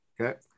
Okay